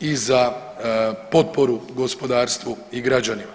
i za potporu gospodarstvu i građanima.